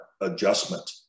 adjustment